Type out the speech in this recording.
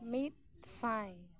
ᱢᱤᱫ ᱥᱟᱭ